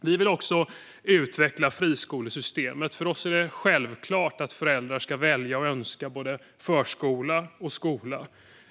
Vi vill också utveckla friskolesystemet. För oss är det självklart att föräldrar ska kunna välja och önska både förskola och skola.